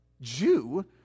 Jew